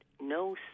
no